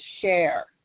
share